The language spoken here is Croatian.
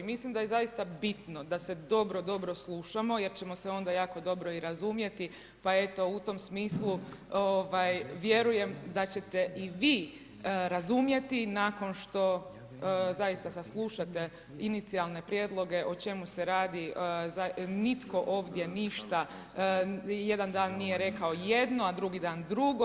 Mislim da je zaista bitno da se dobro, dobro slušamo jer ćemo se onda jako dobro i razumjeti, pa eto, u tom smislu vjerujem da ćete i vi razumjeti nakon što zaista saslušate inicijalne prijedloge o čemu se radi, nitko ovdje ništa jedan dan nije rekao jedno, a drugi dan drugo.